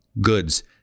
goods